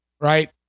right